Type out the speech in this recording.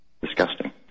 Disgusting